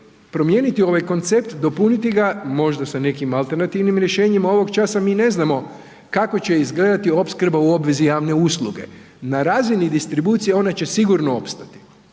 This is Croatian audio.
promijeniti ovaj koncept, dopuniti ga možda sa nekim alternativnim rješenjima, ovog časa mi ne znamo kako će izgledati opskrba u obvezi javne usluge, na razini distribucije ona će sigurno opstati,